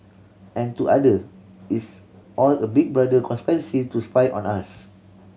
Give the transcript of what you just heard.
and to other it's all a Big Brother conspiracy to spy on us